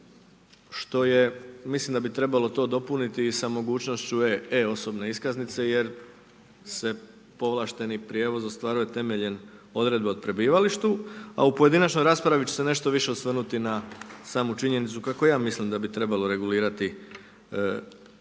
što je mislim da bi trebalo to dopuniti sa mogućnošću e osobne iskaznice jer se povlašteni prijevoz ostvaruje temeljem odredba o prebivalištu, a u pojedinačnoj raspravi ću se nešto više osvrnuti na samu činjenicu kako ja mislim da bi trebalo regulirati povlašteni